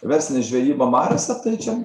verslinė žvejyba mariose tai čia